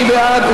מי בעד?